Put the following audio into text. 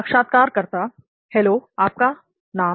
साक्षात्कारकर्ता हेलो आपका नाम